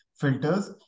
filters